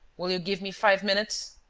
will you give me five minutes?